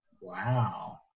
Wow